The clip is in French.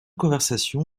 conversation